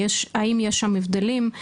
האם יש שם הבדלים?